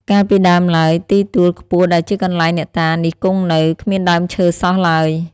កាលពីដើមឡើយ ទីទួលខ្ពស់ដែលជាកន្លែងអ្នកតានេះគង់នៅ គ្មានដើមឈើសោះឡើយ ។